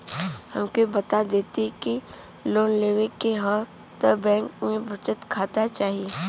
हमके बता देती की लोन लेवे के हव त बैंक में बचत खाता चाही?